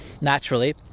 naturally